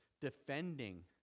defending